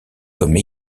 comme